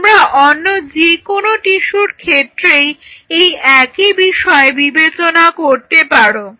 তোমরা অন্য যে কোনো টিস্যুর ক্ষেত্রেই এই একই বিষয় বিবেচনা করতে পারো